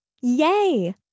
Yay